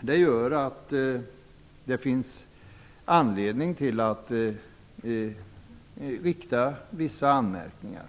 Det gör att det finns anledning till vissa anmärkningar.